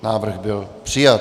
Návrh byl přijat.